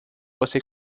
você